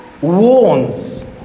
warns